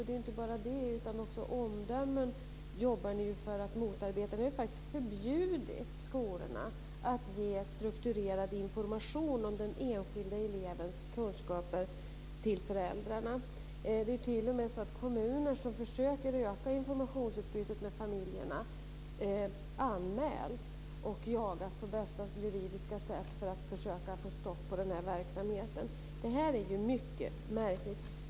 Och inte bara det - ni jobbar också för att motarbeta omdömen. Ni har ju faktiskt förbjudit skolorna att ge strukturerad information om den enskilda elevens kunskaper till föräldrarna. Det är t.o.m. så att kommuner som försöker öka informationsutbytet med familjerna anmäls och jagas på bästa juridiska sätt för att försöka få stopp på verksamheten. Detta är mycket märkligt.